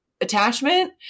attachment